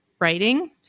writing